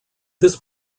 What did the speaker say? this